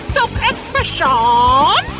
Self-expression